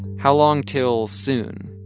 how long till soon?